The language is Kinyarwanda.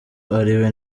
ari